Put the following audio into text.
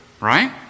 right